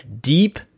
deep